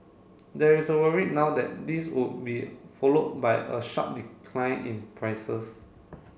there is a worry now that this would be followed by a sharp decline in prices